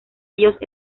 ellos